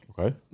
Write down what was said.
Okay